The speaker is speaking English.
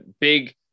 big